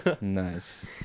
Nice